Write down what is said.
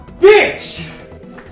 bitch